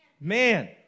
man